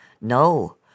No